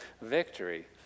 victory